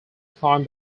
climb